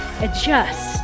adjust